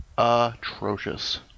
Atrocious